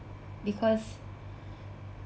because